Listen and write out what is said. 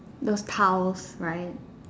those tiles right